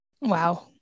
Wow